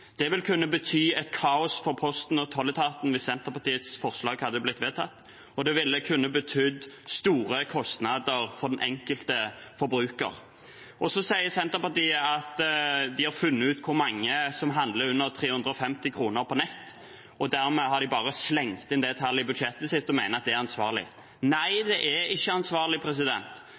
kunne betydd kaos for Posten og tolletaten hvis Senterpartiets forslag hadde blitt vedtatt, og det kunne betydd store kostnader for den enkelte forbruker. Senterpartiet sier at de har funnet ut hvor mange som handler for under 350 kr på nett, og dermed har de bare slengt inn det tallet i budsjettet sitt og mener at det er ansvarlig. Nei, det er ikke ansvarlig.